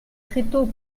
tréteaux